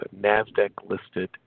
NASDAQ-listed